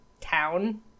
town